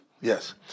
Yes